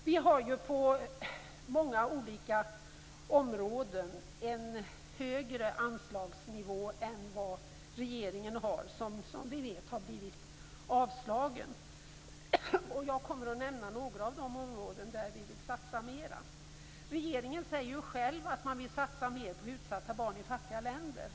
Vi har på många olika områden föreslagit en högre anslagsnivå än regeringens, men den har som bekant blivit avslagen. Jag skall nämna några av de områden där vi vill satsa mera. Regeringen säger själv att man vill satsa mer på utsatta barn i fattiga länder.